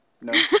no